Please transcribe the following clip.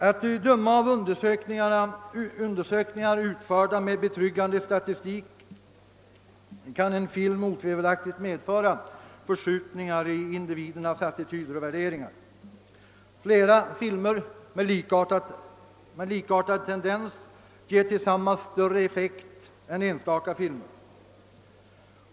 Att döma av undersökningar utförda med betryggande statistisk analys kan en film otvivelaktigt medföra förskjutningar i individernas attityder och värderingar. Flera filmer med likartad tendens ger tillsammans större effekt än enstaka filmer.